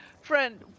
Friend